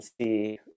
see